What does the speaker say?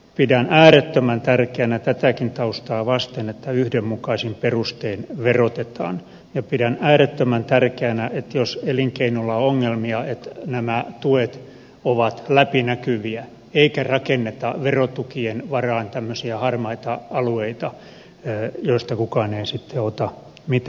pidän äärettömän tärkeänä tätäkin taustaa vasten että yhdenmukaisin perustein verotetaan ja pidän äärettömän tärkeänä että jos elinkeinolla on ongelmia että nämä tuet ovat läpinäkyviä eikä rakenneta verotukien varaan tämmöisiä harmaita alueita joista kukaan ei sitten ota mitään selkoa